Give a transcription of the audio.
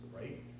right